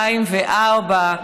מ-2004,